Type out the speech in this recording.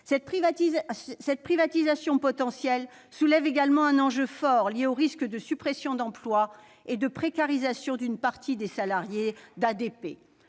Cette privatisation potentielle soulève également un enjeu fort lié aux risques de suppressions d'emplois et de précarisation d'une partie des salariés d'ADP.